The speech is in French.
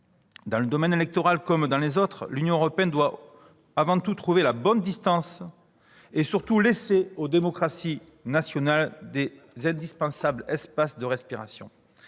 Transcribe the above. Dans le domaine électoral comme dans les autres, l'Union européenne doit avant tout trouver la bonne distance et laisser aux démocraties nationales d'indispensables espaces de respiration.